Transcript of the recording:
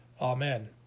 Amen